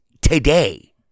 today